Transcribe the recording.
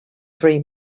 dream